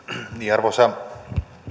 arvoisa